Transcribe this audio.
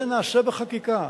זה נעשה בחקיקה,